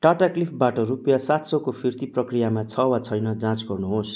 टाटा क्लिकबाट रुपियाँ सात सयको फिर्ती प्रक्रियामा छ वा छैन जाँच गर्नुहोस्